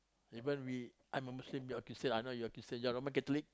even we I'm a Muslim you're a Christian I know you're a Christian you're Roman Catholic